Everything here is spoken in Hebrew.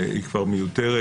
היא מיותרת.